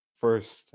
First